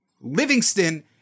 Livingston